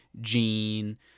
Gene